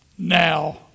Now